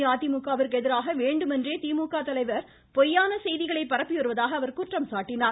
அஇஅதிமுகவிற்கு எதிராக வேண்டுமென்றே திமுக தலைவர் பொய்யான செய்திகளை பரப்பிவருவதாக அவர் குற்றம் சாட்டினார்